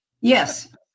Yes